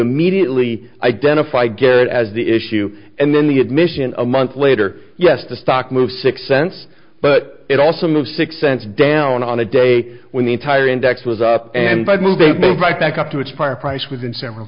immediately identify garrett as the issue and then the admission a month later yes the stock moves six cents but it also moves six cents down on a day when the entire index was up and by moving move right back up to expire price within several